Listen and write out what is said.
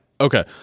Okay